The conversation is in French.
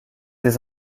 les